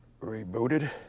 rebooted